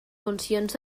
funcions